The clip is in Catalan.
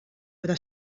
però